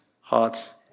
hearts